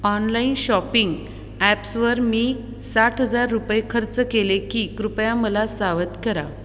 online shopping ॲप्सवर मी साठ हजार रुपये खर्च केले की कृपया मला सावध करा